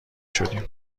شدیم